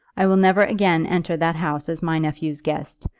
i will never again enter that house as my nephew's guest.